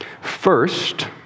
First